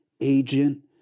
agent